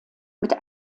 mit